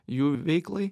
jų veiklai